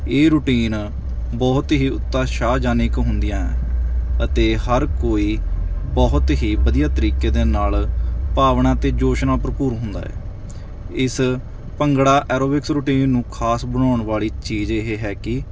ਇਹ ਰੂਟੀਨ ਬਹੁਤ ਹੀ ਉਤਸ਼ਾਹਜਨਕ ਹੁੰਦੀਆਂ ਅਤੇ ਹਰ ਕੋਈ ਬਹੁਤ ਹੀ ਵਧੀਆ ਤਰੀਕੇ ਦੇ ਨਾਲ ਭਾਵਨਾ ਅਤੇ ਜੋਸ਼ ਨਾਲ ਭਰਪੂਰ ਹੁੰਦਾ ਹੈ ਇਸ ਭੰਗੜਾ ਐਰੋਬਿਕਸ ਰੂਟੀਨ ਨੂੰ ਖਾਸ ਬਣਾਉਣ ਵਾਲੀ ਚੀਜ਼ ਇਹ ਹੈ ਕਿ